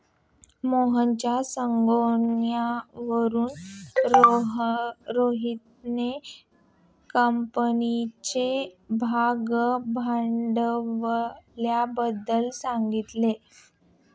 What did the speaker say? मोहनच्या सांगण्यावरून रोहितने कंपनीच्या भागभांडवलाबद्दल सांगितले